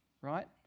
right